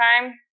time